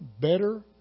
better